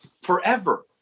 forever